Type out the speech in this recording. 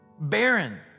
Barren